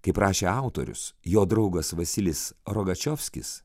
kaip rašė autorius jo draugas vasilis rogačiovskis